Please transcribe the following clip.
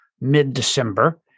mid-December